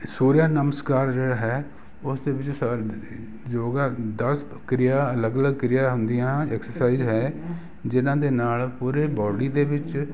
ਸੂਰਜ ਨਮਸਕਾਰ ਜਿਹੜਾ ਹੈ ਉਸ ਦੇ ਵਿੱਚ ਸ ਯੋਗਾ ਦਾ ਪ੍ਰਕਿਰਿਆ ਅਲੱਗ ਅਲੱਗ ਕਿਰਿਆ ਹੁੰਦੀਆਂ ਐਕਸਰਸਾਈਜ਼ ਹੈ ਜਿਹਨਾਂ ਦੇ ਨਾਲ ਪੂਰੇ ਬੋਡੀ ਦੇ ਵਿੱਚ